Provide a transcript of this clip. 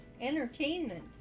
entertainment